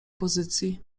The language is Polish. pozycji